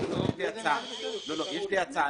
ניסן, יש לי הצעה.